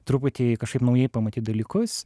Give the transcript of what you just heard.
truputį kažkaip naujai pamatyt dalykus